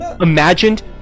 imagined